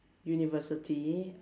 university